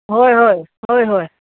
होय होय होय होय